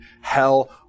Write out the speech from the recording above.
hell